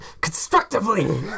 constructively